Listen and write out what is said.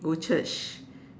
go church